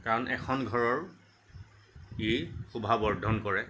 কাৰণ এখন ঘৰৰ ই শোভা বৰ্ধন কৰে